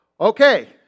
Okay